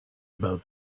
about